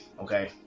Okay